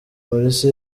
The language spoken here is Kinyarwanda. polisi